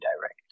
direct